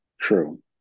True